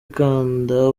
kanda